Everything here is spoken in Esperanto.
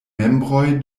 membroj